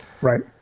Right